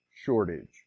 shortage